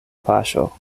paŝo